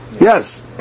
yes